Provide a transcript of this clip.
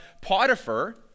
Potiphar